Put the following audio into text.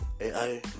ai